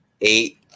eight